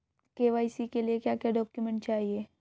KYC के लिए क्या क्या डॉक्यूमेंट चाहिए?